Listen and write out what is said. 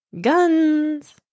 guns